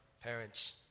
parents